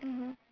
mmhmm